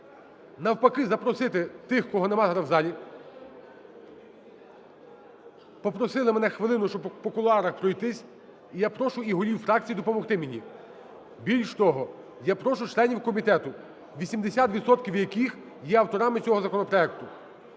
Навпаки, запросити тих, кого немає зараз в залі. Попросили мене хвилину, щоби по кулуарах пройтись. І я прошу і голів фракцій допомогти мені. Більш того, я прошу членів комітету, 80 відсотків яких є авторами цього законопроекту,